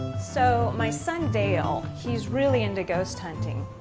so, my son, dale, he's really into ghost hunting.